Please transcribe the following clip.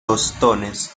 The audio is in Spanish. tostones